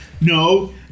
No